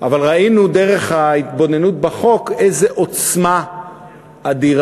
אבל ראינו דרך ההתבוננות בחוק איזו עוצמה כלכלית